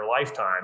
lifetime